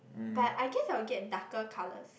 but I guess I will get darker colours